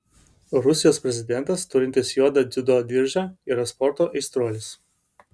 rusijos prezidentas turintis juodą dziudo diržą yra sporto aistruolis